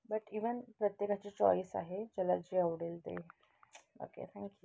but even प्रत्येकाची choice आहे ज्याला जे आवडेल ते ओके थँक्यू